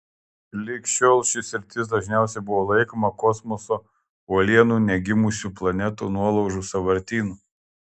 lig šiol ši sritis dažniausiai buvo laikoma kosmoso uolienų negimusių planetų nuolaužų sąvartynu